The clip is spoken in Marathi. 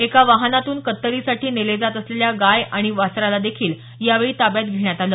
एका वाहनातून कत्तलीसाठी नेले जात असलेल्या गाय आणि वासरालादेखील यावेळी ताब्यात घेण्यात आल